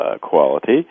quality